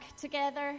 together